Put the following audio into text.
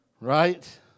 right